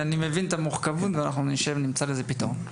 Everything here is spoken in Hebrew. אני מבין את המורכבות ואנחנו נשב, נמצא לזה פתרון.